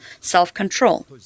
self-control